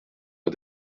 pas